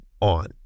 on